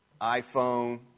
iPhone